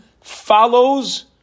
follows